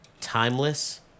timeless